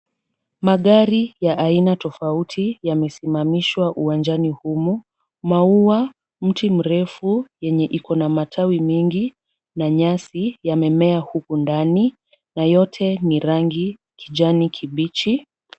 Magari ya aina tofauti yamesimamishwa uwanjani humu. Maua, mti mrefu yenye iko na matawi mingi na nyasi yamemea huku ndani na yote ni rangi kijani kibichi.